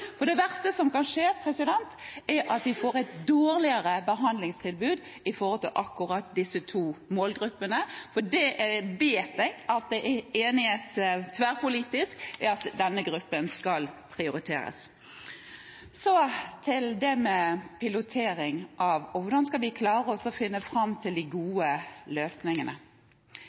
Det verste som kan skje, er at vi får et dårligere behandlingstilbud for akkurat disse to målgruppene, for jeg vet at det er tverrpolitisk enighet om at denne gruppen skal prioriteres. Så til det med pilotering og hvordan vi skal klare å finne fram til de